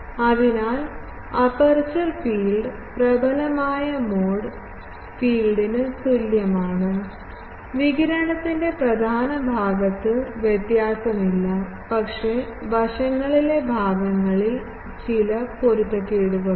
അതിനാൽ aperture field പ്രബലമായ mode ഫീൽഡിന് തുല്യമാണെന്ന് വികിരണത്തിന്റെ പ്രധാന ഭാഗത്ത് വ്യത്യാസമില്ല പക്ഷേ വശങ്ങളിലെ ഭാഗങ്ങളിൽ ചില പൊരുത്തക്കേടുകളാണ്